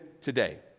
today